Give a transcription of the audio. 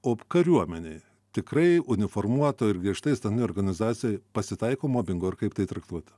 op kariuomenėj tikrai uniformuotoj ir griežtai stambioj organizacijoj pasitaiko mobingo ir kaip tai traktuoti